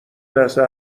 لحظه